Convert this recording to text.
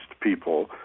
people